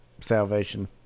salvation